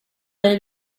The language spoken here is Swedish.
dig